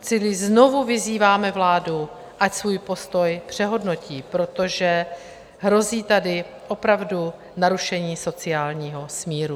Čili znovu vyzýváme vládu, ať svůj postoj přehodnotí, protože hrozí tady opravdu narušení sociálního smíru.